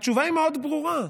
התשובה היא מאוד ברורה: